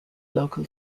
local